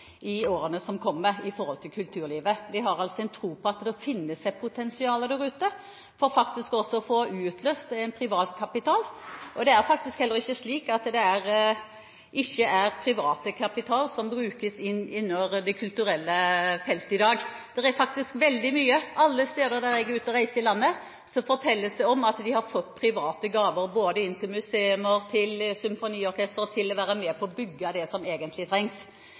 i årene som kommer. Vi har altså tro på at det finnes et potensial der ute for faktisk å få utløst privatkapital, og det er heller ikke slik at det ikke er privatkapital som brukes på det kulturelle feltet i dag. Det er faktisk veldig mye. Alle steder der jeg er ute og reiser i landet, fortelles det om at man har fått private gaver, både til museer, symfoniorkestre og til å være med på å bygge det som egentlig trengs.